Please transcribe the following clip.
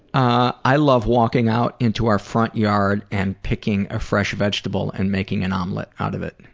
i love walking out into our front yard and picking a fresh vegetable and making an omelette out of it.